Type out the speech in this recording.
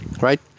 right